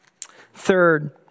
Third